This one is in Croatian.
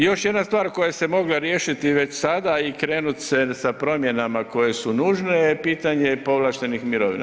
Još jedna stvar koja se mogla riješiti već sada i krenut se sa promjenama koje su nužne je pitanje povlaštenih mirovina.